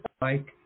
Mike